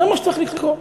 זה מה שצריך לקרות,